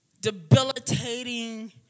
debilitating